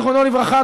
זיכרונו לברכה,